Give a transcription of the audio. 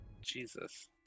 Jesus